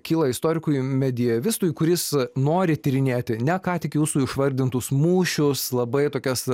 kyla istorikui medievistui kuris nori tyrinėti ne ką tik jūsų išvardintus mūšius labai tokias